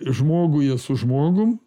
žmoguje su žmogum